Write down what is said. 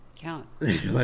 count